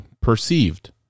perceived